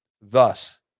Thus